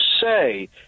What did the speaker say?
say